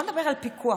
בואו נדבר על פיקוח,